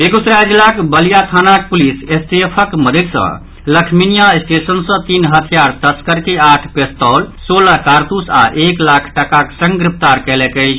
बेगूसराय जिलाक बलिया थानाक पुलिस एसटीएफक मददि सँ लखमीनिया स्टेशन सँ तीन हथियार तस्कर के आठ पेस्तौल सोलह कारतूस आओर एक लाख टाकाक संग गिरफ्तार कयलक अछि